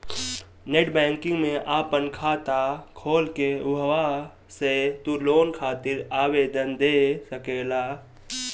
net banking में आपन खाता खोल के उहवा से तू लोन खातिर आवेदन दे सकेला